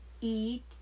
eat